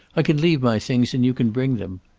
i can leave my things and you can bring them.